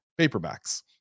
paperbacks